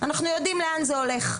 אנחנו יודעים לאן זה הולך.